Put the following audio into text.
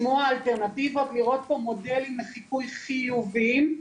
לראות פה מודלים לחיקוי חיוביים.